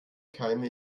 keime